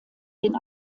den